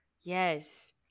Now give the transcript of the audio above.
Yes